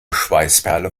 schweißperle